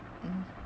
mm